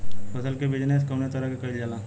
फसल क बिजनेस कउने तरह कईल जाला?